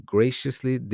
Graciously